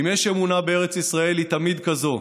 אם יש אמונה בארץ ישראל, היא תמיד כזאת,